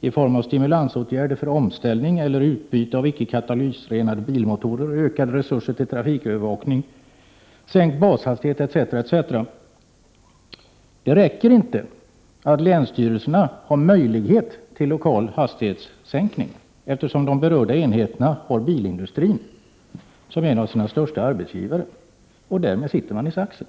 i form av stimulansåtgärder för omställning eller utbyte av icke katalysrenade bilmoto Prot. 1988/89:26 rer, ökade resurser till trafikövervakning, sänkt bashastighet etc. Det räcker 17 november 1988 inte att länsstyrelserna har möjlighet till lokal hastighetssänkning, eftersom Om motorvägsbygget i de berörda enheterna har bilindustrin som en av sina största arbetsgivare. Ke 850y88 i ä é Bohuslän mellan Stora Därmed sitter man i saxen.